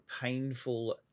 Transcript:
painful